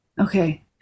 Okay